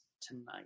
tonight